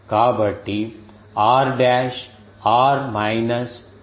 కాబట్టి r dash r minus z dash cos theta అవుతుంది